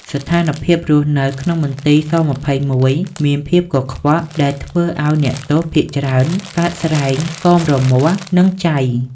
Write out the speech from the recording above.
ស្ថានភាពរស់នៅក្នុងមន្ទីរ ស-២១ មានភាពកខ្វក់ ដែលធ្វើឱ្យអ្នកទោសភាគច្រើនកើតស្រែង កមរមាស់ និងចៃ ។